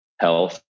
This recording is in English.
health